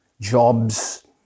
jobs